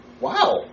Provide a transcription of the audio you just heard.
wow